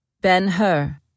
Ben-Hur